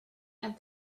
and